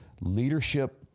leadership